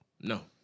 No